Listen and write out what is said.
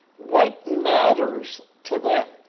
what matters to them?